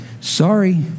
Sorry